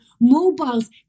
mobiles